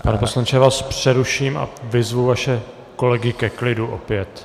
Pane poslanče, já vás přeruším a vyzvu vaše kolegy ke klidu opět.